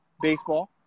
baseball